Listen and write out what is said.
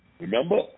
Remember